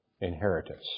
inheritance